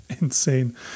Insane